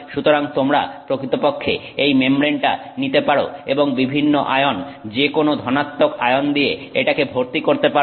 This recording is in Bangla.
সুতরাং তোমরা প্রকৃতপক্ষে এই মেমব্রেনটা নিতে পারো এবং বিভিন্ন আয়ন যেকোনো ধনাত্মক আয়ন দিয়ে এটাকে ভর্তি করতে পারো